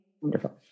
Wonderful